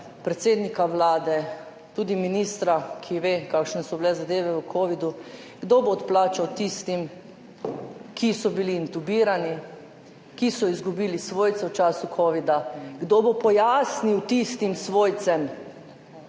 predsednika Vlade, tudi ministra, ki ve, kakšne so bile zadeve v času covida, kdo bo odplačal tistim, ki so bili intubirani, ki so izgubili svojce v času covida, kdo bo pojasnil tistim svojcem,